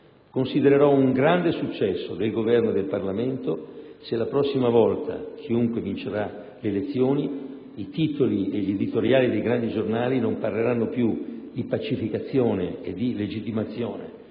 Considererò un grande successo del Governo e del Parlamento se la prossima volta, chiunque vincerà le elezioni, nei titoli e negli editoriali dei grandi giornali non si parlerà più di pacificazione e di legittimazione